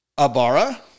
Abara